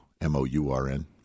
M-O-U-R-N